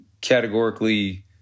categorically